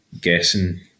guessing